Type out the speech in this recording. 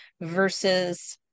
versus